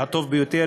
הטוב ביותר,